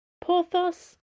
Porthos